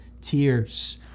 tears